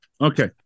okay